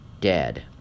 dead